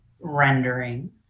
rendering